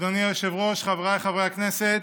אדוני היושב-ראש, חבריי חברי הכנסת,